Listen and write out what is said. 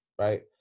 right